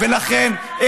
ולכן,